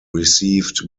received